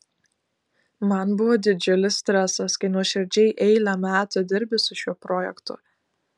man buvo didžiulis stresas kai nuoširdžiai eilę metų dirbi su šiuo projektu